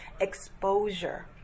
exposure